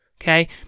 Okay